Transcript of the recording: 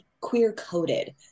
queer-coded